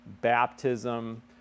baptism